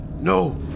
No